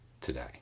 today